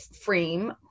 frame